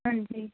ਹਾਂਜੀ